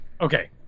Okay